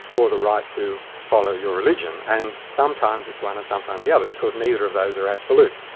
or the right to follow your religion, and sometimes it's one, and sometimes the other, because neither of those are absolute.